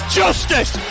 justice